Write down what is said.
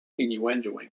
innuendoing